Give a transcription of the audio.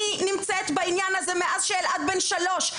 אני נמצאת בעניין הזה מאז שאלעד היה בן שלוש,